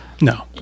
No